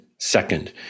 second